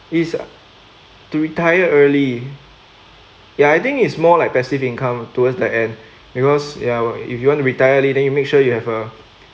is to retire early ya I think it's more like passive income towards the end because ya if you want to retire early then you make sure you have a